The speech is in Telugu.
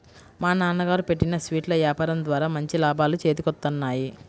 మా నాన్నగారు పెట్టిన స్వీట్ల యాపారం ద్వారా మంచి లాభాలు చేతికొత్తన్నాయి